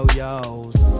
yo's